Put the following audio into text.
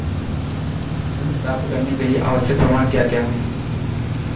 ऋण प्राप्त करने के लिए आवश्यक प्रमाण क्या क्या हैं?